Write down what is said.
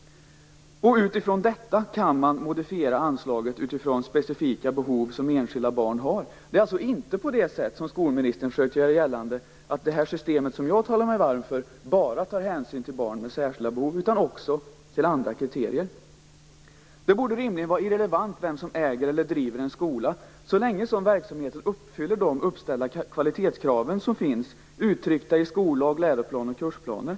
Med utgångspunkt i detta kan man modifiera anslaget med tanke på de specifika behov som enskilda barn har. Det är alltså inte på det sätt som skolministern har försökt göra gällande, nämligen att det system jag talar mig varm för bara tar hänsyn till barn med särskilda behov utan också till andra kriterier. Det borde rimligen vara irrelevant vem som äger eller driver en skola, så länge som verksamheten uppfyller de uppställda kvalitetskrav som finns uttryckta i skollag, läroplan och kursplaner.